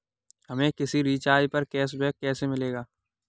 हमें किसी रिचार्ज पर कैशबैक कैसे मिलेगा?